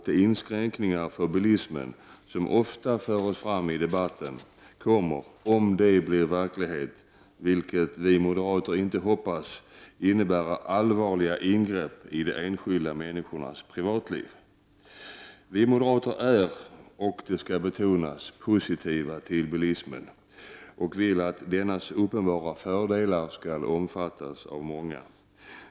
De inskränkningar i fråga om bilismen som ofta förs fram i debatten kommer, om de blir verklighet, vilket vi moderater inte hoppas, att innebära allvarliga ingrepp i de enskilda människornas privatliv. Vi moderater är, det skall betonas, positiva till bilismen och vill att dennas uppenbara fördelar skall omfattas av många.